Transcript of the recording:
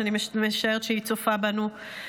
שאני משערת שהיא צופה בנו,